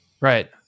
Right